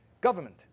government